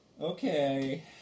Okay